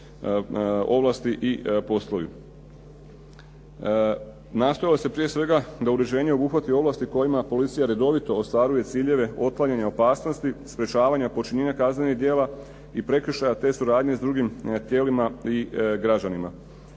ovlasti i poslovi. Nastojalo se prije svega da uređenje obuhvati ovlasti kojima policija redovito ostvaruje ciljeve otklanjanja opasnosti, sprječavanja počinjenja kaznenih djela i prekršaja, te suradnje s drugim tijelima i građanima.